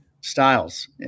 styles